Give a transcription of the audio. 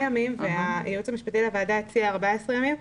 ימים והייעוץ המשפטי לוועדה הציע 14 ימים.